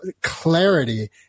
clarity